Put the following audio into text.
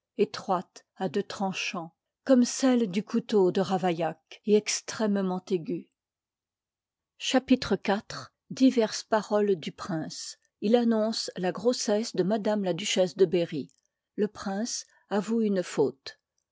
e'troitc à rvl deux trancha ns comme celle du couteau de ravaillac et extrêmement aiguë imêèkju u jmfà iy ip part liv ii chapltpie iv diverses paroles du prince il annonce la grossesse de m la duchesse de berrj le prince avoue une faute